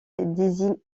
désigne